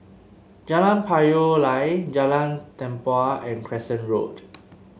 Jalan Payoh Lai Jalan Tempua and Crescent Road